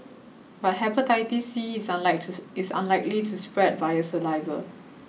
but Hepatitis C is unlikely to is unlikely to spread via saliva